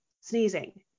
sneezing